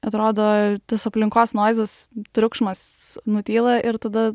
atrodo tas aplinkos noizas triukšmas nutyla ir tada